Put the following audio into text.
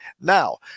Now